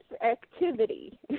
activity